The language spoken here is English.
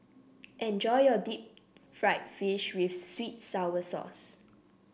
enjoy your Deep Fried Fish with sweet sour sauce